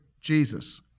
Jesus